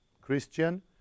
Christian